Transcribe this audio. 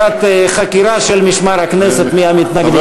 בצורת חקירה של משמר הכנסת מי המתנגדים.